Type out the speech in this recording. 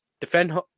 defend